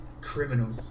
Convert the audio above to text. criminal